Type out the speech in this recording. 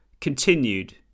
continued